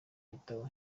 gitabo